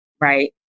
Right